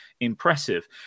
impressive